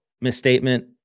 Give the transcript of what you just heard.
misstatement